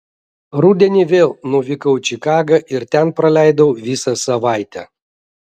rudenį vėl nuvykau į čikagą ir ten praleidau visą savaitę